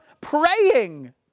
praying